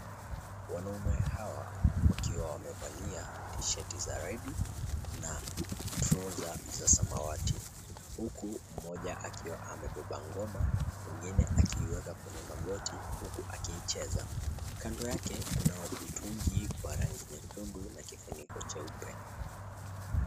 Wanaume hawa wakiwa wamevalia tishati za redi trouser za samawati huku mmoja akibeba ngoma mwingine akiweka kwenye magoti huku akiicheza kando yake kuna mtungi wa rangi nyekundu na kifiniko cheupe.